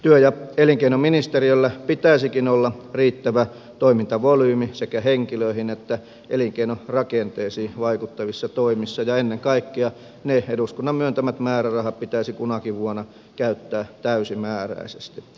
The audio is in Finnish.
työ ja elinkeinoministeriöllä pitäisikin olla riittävä toimintavolyymi sekä henkilöihin että elinkeinorakenteisiin vaikuttavissa toimissa ja ennen kaikkea ne eduskunnan myöntämät määrärahat pitäisi kunakin vuonna käyttää täysimääräisesti